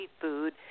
food